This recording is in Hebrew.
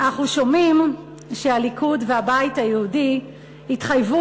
אנחנו שומעים שהליכוד והבית היהודי התחייבו